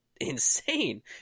insane